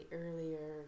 earlier